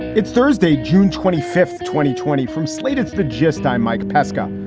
it's thursday, june twenty fifth, twenty twenty from slate's the gist. i'm mike pesca.